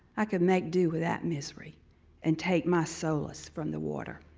i could make do with that misery and take my solice from the water.